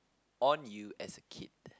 on you as a kid